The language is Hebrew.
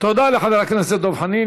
תודה לחבר הכנסת דב חנין.